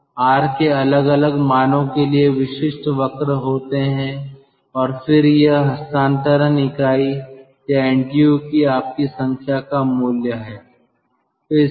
R के अलग अलग मानों के लिए विशिष्ट वक्र होते हैं और फिर यह हस्तांतरण इकाई या NTU की आपकी संख्या का मूल्य है